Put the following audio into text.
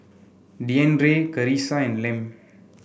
Deandre Karissa and Lem